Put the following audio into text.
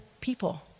people